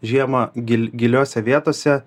žiemą gil giliose vietose